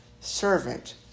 servant